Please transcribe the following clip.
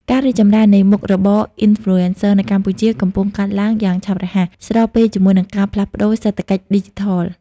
ការរីកចម្រើននៃមុខរបរ Influencer នៅកម្ពុជាកំពុងកើតឡើងយ៉ាងឆាប់រហ័ស ស្របពេលជាមួយនឹងការផ្លាស់ប្ដូរសេដ្ឋកិច្ចឌីជីថល។